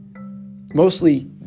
Mostly